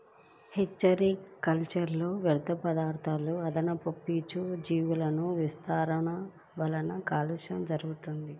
hatchery కల్చర్లో వ్యర్థపదార్థాలు, అదనపు ఫీడ్లు, జీవుల విసర్జనల వలన కాలుష్యం జరుగుతుంది